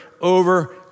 over